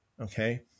okay